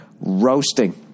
roasting